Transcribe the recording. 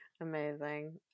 Amazing